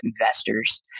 investors